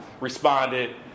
responded